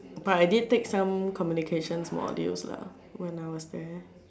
but I did take some communication modules lah when I was there